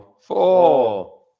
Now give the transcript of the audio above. Four